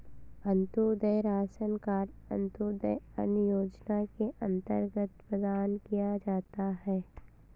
Antyodaya ration card Antyodaya अन्न योजना के अंतर्गत प्रदान किया जाता है